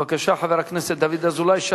בבקשה, חבר הכנסת דוד אזולאי.